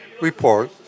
report